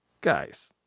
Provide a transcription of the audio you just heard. guys